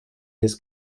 his